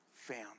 found